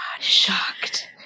shocked